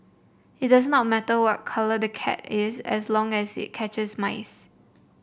it does not matter what colour the cat is as long as it catches mice